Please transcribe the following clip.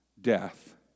death